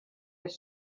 was